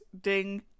Ding